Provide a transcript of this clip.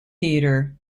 theater